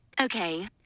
Okay